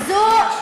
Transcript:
את המדינה.